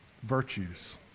Virtues